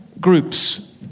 groups